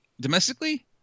Domestically